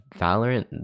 valorant